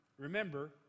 remember